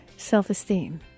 self-esteem